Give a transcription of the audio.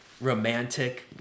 romantic